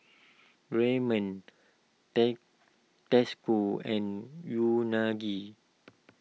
Ramen Tasco and Unagi